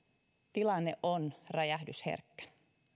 tilanne on räjähdysherkkä